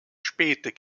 spät